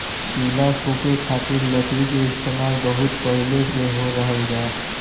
चूल्हा फुके खातिर लकड़ी के इस्तेमाल बहुत पहिले से हो रहल बा